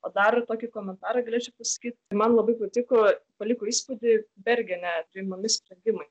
o dar ir tokį komentarą galėčiau pasakyt man labai patiko paliko įspūdį bergene priimami sprendimai